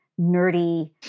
nerdy